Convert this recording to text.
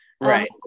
Right